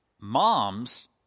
moms